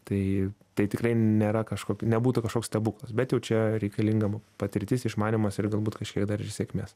tai tai tikrai nėra kažkok nebūtų kažkoks stebuklas bet jau čia reikalinga patirtis išmanymas ir galbūt kažkiek dar ir sėkmės